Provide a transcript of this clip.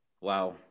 Wow